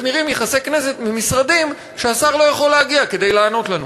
נראים יחסי כנסת משרדים כשהשר לא יכול להגיע כדי לענות לנו.